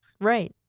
Right